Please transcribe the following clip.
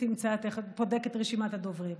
כשאתה בודק את רשימת הדוברים.